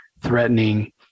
threatening